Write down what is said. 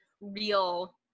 real